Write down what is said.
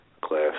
class